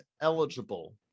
eligible